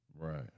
Right